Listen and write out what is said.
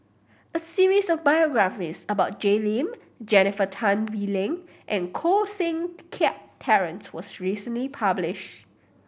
a series of biographies about Jay Lim Jennifer Tan Bee Leng and Koh Seng Kiat Terence was recently publish